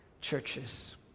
churches